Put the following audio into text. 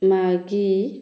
ମାଗି